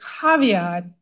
caveat